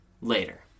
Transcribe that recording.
later